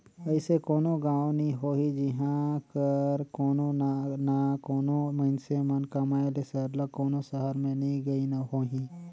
अइसे कोनो गाँव नी होही जिहां कर कोनो ना कोनो मइनसे मन कमाए ले सरलग कोनो सहर में नी गइन होहीं